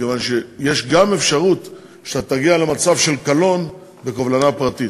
מכיוון שיש גם אפשרות שאתה תגיע למצב של קלון בקובלנה פרטית,